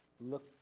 look